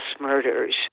murders